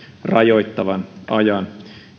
rajoittavan ajan